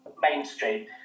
mainstream